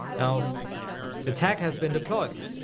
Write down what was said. now the tag has been deployed.